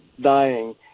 dying